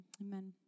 amen